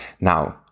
Now